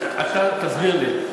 אתה תסביר לי,